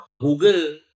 Google